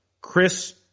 Chris